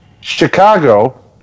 Chicago